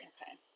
Okay